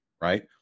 right